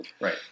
Right